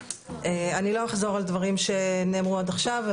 אני לא אחזור על דברים שנאמרו עד עכשיו.